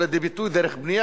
אני חושב שבא לידי ביטוי,